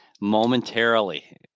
momentarily